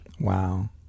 Wow